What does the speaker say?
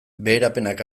beherapenak